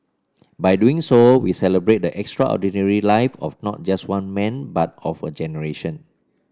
by doing so we celebrate the extraordinary life of not just one man but of a generation